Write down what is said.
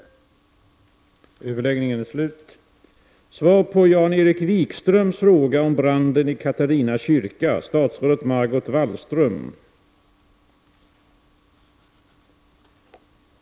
1989/90:130 tutet. 29 maj 1990